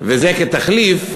וזה כתחליף,